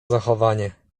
zachowanie